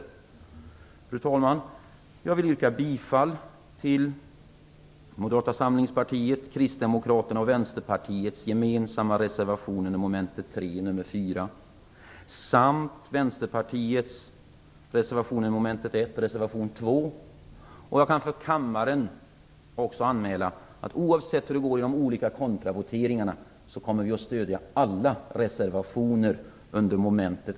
Fru talman! Jag vill yrka bifall till Moderata samlingspartiets, Kristdemokraternas och Vänsterpartiets gemensamma reservation under mom. 3, nr 4, samt 2. Jag kan för kammaren också anmäla att vi oavsett hur det går i de olika kontravoteringarna kommer att stöda alla reservationer under mom. 1.